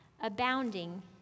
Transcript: abounding